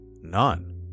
None